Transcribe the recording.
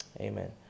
Amen